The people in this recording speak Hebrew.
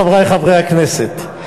חברי חברי הכנסת,